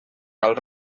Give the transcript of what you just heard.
cal